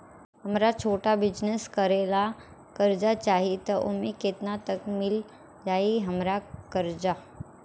हमरा छोटा बिजनेस करे ला कर्जा चाहि त ओमे केतना तक मिल जायी हमरा कर्जा?